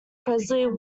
presley